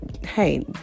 Hey